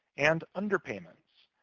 and underpayments.